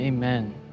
Amen